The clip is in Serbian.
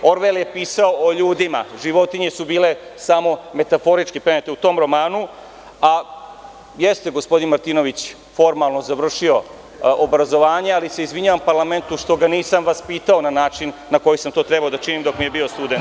Orvel je pisao o ljudima, životinje su bile samo metaforički prenete u tom romanu, a jeste gospodin Martinović formalno završio obrazovanje, ali se izvinjavam parlamentu što ga nisam vaspitao na način na koji sam to trebao da činim dok mi je bio student.